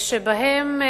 ובהן,